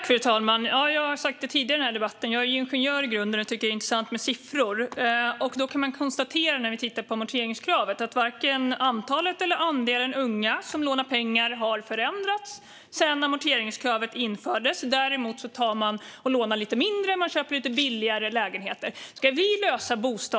Fru talman! Jag har sagt det tidigare i den här debatten: Jag är ingenjör i grunden och tycker att det är intressant med siffror. När vi tittar på amorteringskravet kan vi konstatera att varken antalet eller andelen unga som lånar pengar har förändrats sedan amorteringskravet infördes. Däremot tar man och lånar lite mindre. Man köper lite billigare lägenheter.